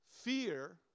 fear